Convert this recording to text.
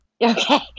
Okay